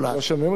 לא שומעים אותן.